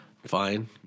Fine